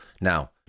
Now